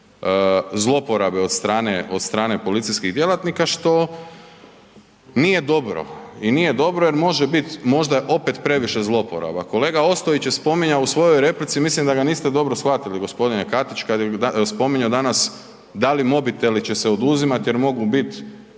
od strane, od strane policijskih djelatnika, što nije dobro i nije dobro jer može bit možda opet previše zlouporaba. Kolega Ostojić je spominjao u svojoj replici, mislim da ga niste dobro shvatili g. Katić kad je spominjo danas da li mobiteli će se oduzimat jer mogu bit